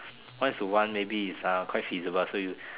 one is to one maybe is uh it's quite feasible so you